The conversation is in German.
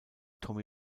tommy